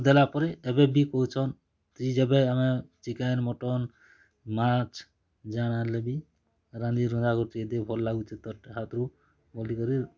ଦେଲାପରେ ଏବେ ବି କହୁଛନ୍ ତୁଇ ଯେଭେ ଆମେ ଚିକେନ୍ ମଟନ୍ ମାଛ୍ ଯାଣା ଆଣ୍ଲେ ବି ରାନ୍ଧିରୁନ୍ଧା କରି ଟିକେ ଦେ ଭଲ୍ ଲାଗୁଛେ ତୋର୍ ହାତ୍ ରୁ ବୋଲିକରି